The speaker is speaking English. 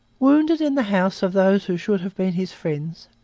wounded in the house of those who should have been his friends,